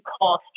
cost